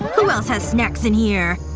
who else has snacks in here?